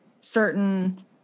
certain